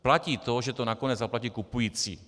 Platí to, že to nakonec zaplatí kupující.